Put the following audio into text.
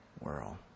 world